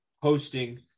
hosting